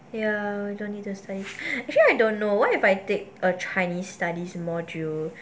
ya don't need to study actually I don't know what if I take a chinese studies module